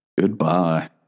Goodbye